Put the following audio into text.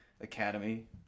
Academy